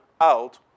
out